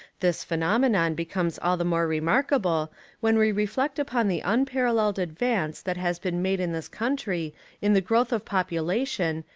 this phenomenon becomes all the more re markable when we reflect upon the unparalleled advance that has been made in this country in the growth of population,